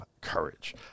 courage